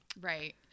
Right